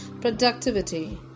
Productivity